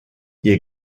ihr